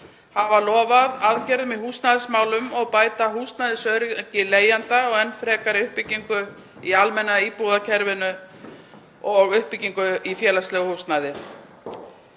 hafa lofað aðgerðum í húsnæðismálum, að bæta húsnæðisöryggi leigjenda, enn frekari uppbyggingu í almenna íbúðakerfinu og uppbyggingu í félagslegu húsnæði.